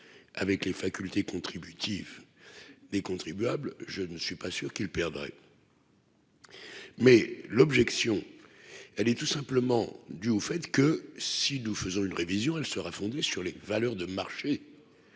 avec les facultés contributives des contribuables, je ne suis pas sûr qu'il perdrait. Mais l'objection, elle est tout simplement dû au fait que si nous faisons une révision, elle sera fondée sur les valeurs de marché